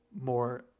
more